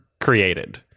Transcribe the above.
created